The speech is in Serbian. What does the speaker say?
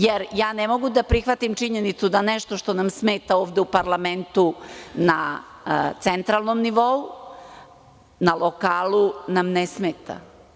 Jer, ja ne mogu da prihvatim činjenicu da nešto što nam smeta ovde u parlamentu na centralnom nivou, na lokalu nam ne smeta.